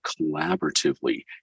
collaboratively